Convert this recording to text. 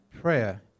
prayer